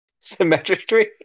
symmetry